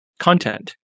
content